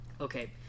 Okay